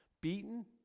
beaten